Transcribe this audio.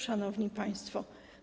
Szanowni Państwo!